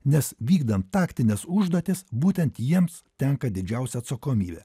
nes vykdant taktines užduotis būtent jiems tenka didžiausia atsakomybė